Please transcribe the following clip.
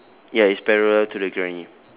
ya it's parallel to the granny